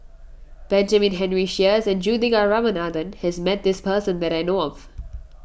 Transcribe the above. Benjamin Henry Sheares and Juthika Ramanathan has met this person that I know of